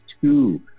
two